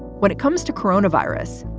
when it comes to coronavirus,